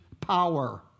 power